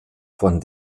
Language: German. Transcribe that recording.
von